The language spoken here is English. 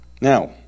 Now